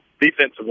defensive